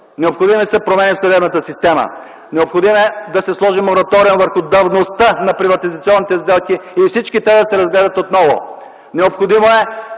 Необходими са промени в съдебната система. Необходимо е да се сложи мораториум върху давността на приватизационните сделки и всички те да се разгледат отново. Необходимо е